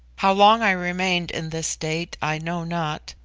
how long i remained in this state i know not,